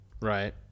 Right